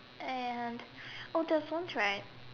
and oh there was once right